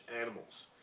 animals